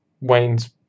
Wayne's